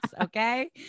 okay